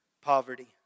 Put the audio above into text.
poverty